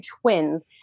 twins